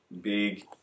Big